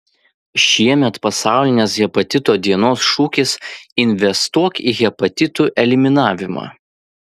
šiemet pasaulinės hepatito dienos šūkis investuok į hepatitų eliminavimą